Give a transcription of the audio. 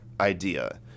idea